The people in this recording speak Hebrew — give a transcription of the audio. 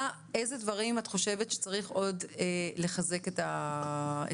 אילו דברים את חושבת שצריך עוד לחזק את הנציבות,